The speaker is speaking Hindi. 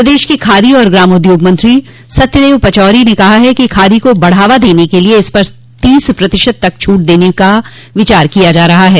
प्रदेश के खादी और ग्रामोद्योग मंत्री सत्यदेव पचौरी ने कहा है कि खादी को बढ़ावा देने के लिये इस पर तीस प्रतिशत छूट देने पर विचार किया जा रहा है